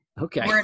Okay